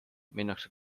minnakse